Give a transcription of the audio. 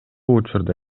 учурда